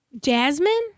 Jasmine